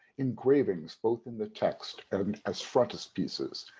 engravings both in the text and as frontispieces,